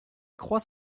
croix